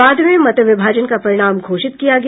बाद में मत विभाजन का परिणाम घोषित किया गया